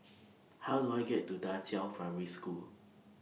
How Do I get to DA Qiao Primary School